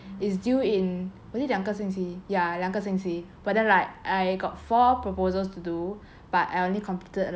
it's due in was it 两个星期 ya 两个星期 but then like I got four proposals to do but I only completed like